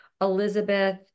Elizabeth